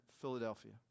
Philadelphia